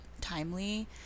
timely